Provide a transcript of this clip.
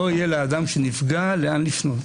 לא יהיה לאדם שנפגע לאן לפנות.